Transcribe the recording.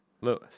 Lewis